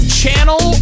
channel